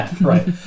right